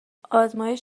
آزمایش